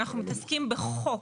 אנחנו מתעסקים בחוק.